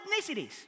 ethnicities